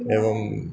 एवं